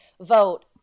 vote